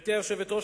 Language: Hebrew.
גברתי היושבת-ראש,